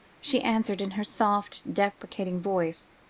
she answered, in her soft, deprecating voice,